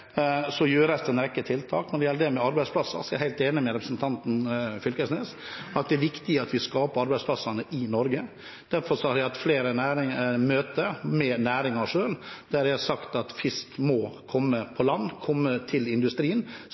gjøres det en rekke tiltak. Når det gjelder arbeidsplasser, er jeg helt enig med representanten Knag Fylkesnes i at det er viktig at vi skaper arbeidsplassene i Norge. Derfor har jeg hatt flere møter med næringen selv, der jeg har sagt at fisk må komme på land, komme til industrien,